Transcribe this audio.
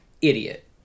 idiot